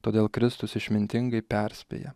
todėl kristus išmintingai perspėja